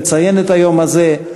לציין את היום הזה.